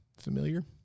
familiar